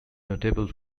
notable